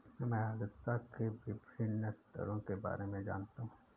मैं आर्द्रता के विभिन्न स्तरों के बारे में जानना चाहता हूं